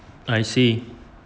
I see